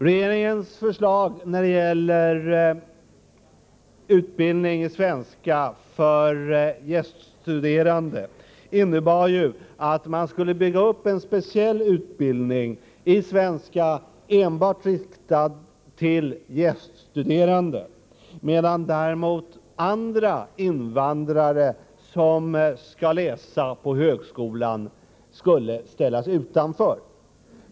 Regeringens förslag när det gäller utbildning i svenska för gäststuderande innebar att man skulle bygga upp en speciell utbildning i svenska enbart riktad till gäststuderande, medan däremot andra invandrare, som skall läsa på högskolan, skulle ställas utanför.